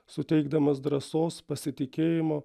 suteikdamas drąsos pasitikėjimo